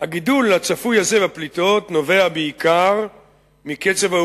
הגידול הצפוי הזה בפליטות נובע בעיקר מקצב גידול